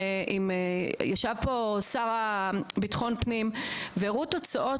וישב פה השר לביטחון פנים והראו תוצאות